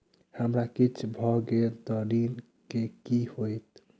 हमरा किछ भऽ गेल तऽ ऋण केँ की होइत?